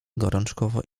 gorączkowo